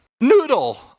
Noodle